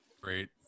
Great